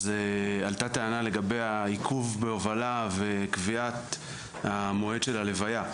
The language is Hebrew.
אז עלתה טענה לגבי העיכוב בהובלה וקביעת המועד של הלוויה.